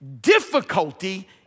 Difficulty